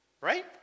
Right